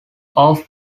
off